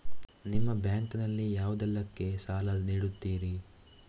ನಿಮ್ಮ ಬ್ಯಾಂಕ್ ನಲ್ಲಿ ಯಾವುದೇಲ್ಲಕ್ಕೆ ಸಾಲ ನೀಡುತ್ತಿರಿ?